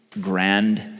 grand